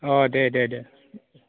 अ दे दे दे